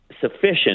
sufficient